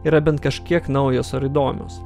yra bent kažkiek naujos ar įdomios